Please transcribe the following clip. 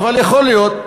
אבל יכול להיות,